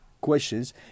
questions